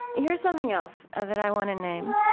here's something else that i want to name.